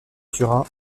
turin